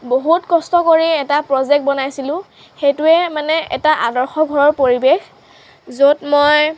বহুত কষ্ট কৰি এটা প্ৰজেক্ট বনাইছিলোঁ সেইটোৱে মানে এটা আদৰ্শ ঘৰৰ পৰিৱেশ য'ত মই